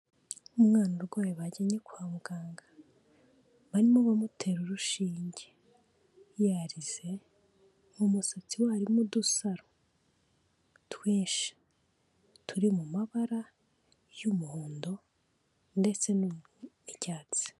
Umwana urwaye bajyanye kwa muganga, barimo bamutera urushinge yarize, mu musatsi we haririmo udusaro twinshi turi mu mabara y'umuhondo ndetse n'icyatsi.